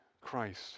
Christ